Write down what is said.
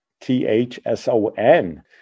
T-H-S-O-N